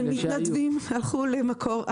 המתנדבים הלכו למקור אחר,